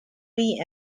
bee